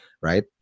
right